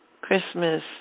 Christmas